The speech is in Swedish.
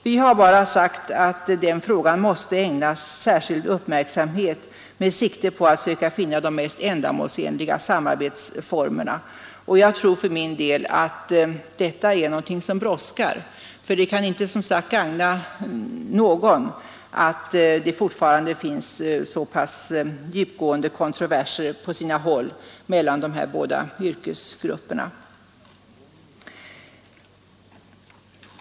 Vi har bara sagt att frågan måste ägnas särskild uppmärksamhet med sikte på att försöka finna de mest ändamålsenliga samarbetsformerna. Jag tror för min del att detta är något som brådskar, för det kan som sagt inte gagna någon att det fortfarande finns så pass djupgående kontroverser på sina håll mellan de här båda yrkesgrupperna.